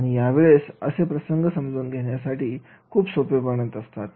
आणि यावेळेस असे प्रसंग समजण्यासाठी खूप सोपे बनत असतात